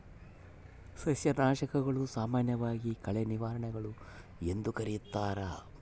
ಸಸ್ಯನಾಶಕಗಳು, ಸಾಮಾನ್ಯವಾಗಿ ಕಳೆ ನಿವಾರಕಗಳು ಎಂದೂ ಕರೆಯುತ್ತಾರೆ